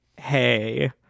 hey